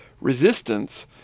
resistance